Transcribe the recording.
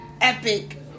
epic